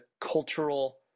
cultural